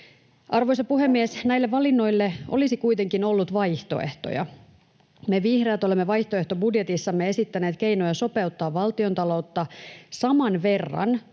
Arvoisa puhemies! Näillä valinnoille olisi kuitenkin ollut vaihtoehtoja. Me vihreät olemme vaihtoehtobudjetissamme esittäneet keinoja sopeuttaa valtiontaloutta saman verran